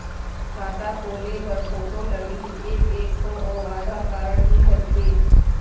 खाता खोले बर फोटो लगही एक एक ठो अउ आधार कारड भी लगथे?